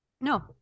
No